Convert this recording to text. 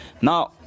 Now